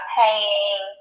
paying